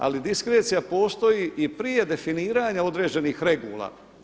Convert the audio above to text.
Ali diskrecija postoji i prije definiranja određenih regula.